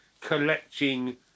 collecting